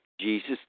Jesus